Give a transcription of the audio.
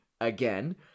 again